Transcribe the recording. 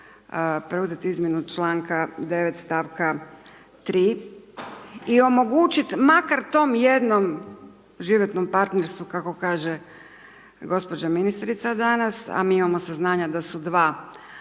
preuzeti izmjenu članka 9. stavka 3. i omogućit makar tom jednom životnom partnerstvu kako kaže gospođa ministrica danas, a mi imamo saznanja da su dva